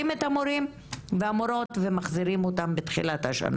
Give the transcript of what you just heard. את המורים והמורות ומחזירים אותם לעבודה בתחילת השנה.